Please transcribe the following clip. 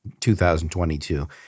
2022